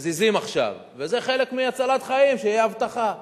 מזיזים עכשיו, וזה חלק מהצלת חיים שתהיה אבטחה.